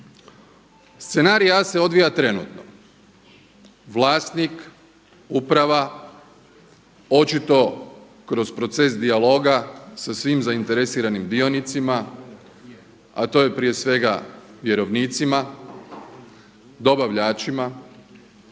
Scenarij A se odvija trenutno. Vlasnik, uprava očito kroz proces dijaloga sa svim zainteresiranim dionicima, a to je prije svega vjerovnicima, dobavljačima